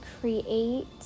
create